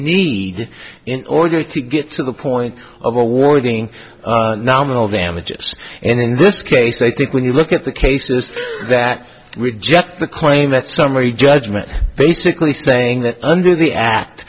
need in order to get to the point of awarding nominal damages and in this case i think when you look at the cases that reject the claim that summary judgment basically saying that under the act